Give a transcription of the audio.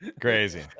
Crazy